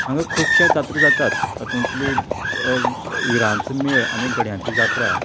हांगां खुबशे जात्रां जातात तातूंतली विरांचो मेळ आनी गड्यांची जात्रा